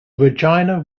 regina